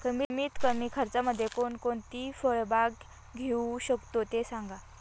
कमीत कमी खर्चामध्ये कोणकोणती फळबाग घेऊ शकतो ते सांगा